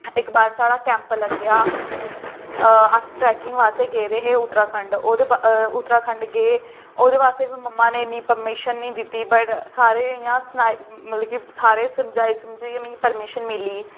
मेरे मम्मा जेह्ड़े हैन इक बार साढ़ा कैम्प लग्गेआ अस ट्रैकिंग आस्तै गेदे हे उत्तराखंड उत्तराखंड गे ओह्दे आस्तै बी मेरी मम्मा न परमीशन नेईं ही दित्ती सारे इ'यां मतलब कि सारे समजाइयै समजुइयै परमीशन मिली